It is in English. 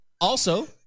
Also-